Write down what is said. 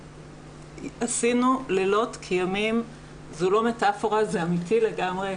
עשינו לילות כימים, זו לא מטפורה, זה אמיתי לגמרי.